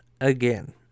again